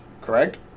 correct